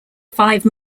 five